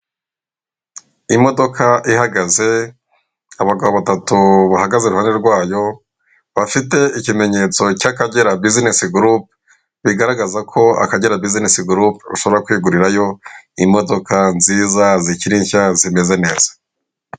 Imodoka ihagaze, abagabo batatu bahagaze iruhande rwayo, bafite ikimenyetso cy'Akagera bizinesi gurupu, bigaragaza ko Akagera bizinesi gurupu shobora kwigurirayo imodoka nziza, zikiri nshya, zimeze neza.